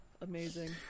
Amazing